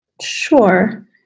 Sure